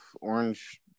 orange